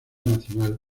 nacional